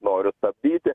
noriu stabdyti